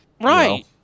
Right